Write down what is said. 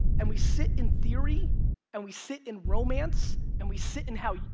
and we sit in theory and we sit in romance and we sit in how,